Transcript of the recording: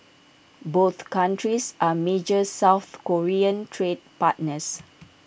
both countries are major south Korean trade partners